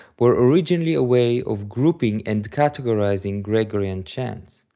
were originally a way of grouping and categorizing gregorian chants.